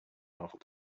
powerful